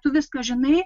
tu viską žinai